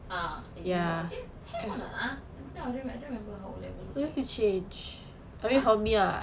ah use all eh have or not ah I don't remember how O level look like ah